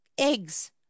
eggs